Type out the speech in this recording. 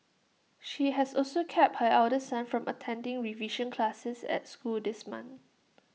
she has also kept her elder son from attending revision classes at school this month